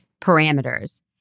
parameters